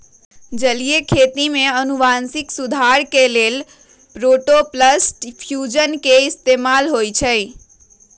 जलीय खेती में अनुवांशिक सुधार के लेल प्रोटॉपलस्ट फ्यूजन के इस्तेमाल होई छई